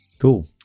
Cool